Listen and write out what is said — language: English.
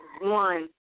one